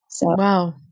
Wow